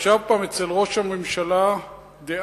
שישב פעם אצל ראש הממשלה דאז,